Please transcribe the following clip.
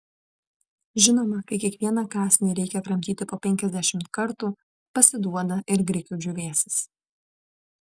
žinoma kai kiekvieną kąsnį reikia kramtyti po penkiasdešimt kartų pasiduoda ir grikių džiūvėsis